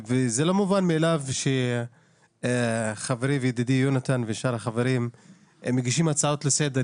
זה לא מובן מאליו שחברי וידידי יונתן ושאר החברים הם מגישים הצעות לסדר.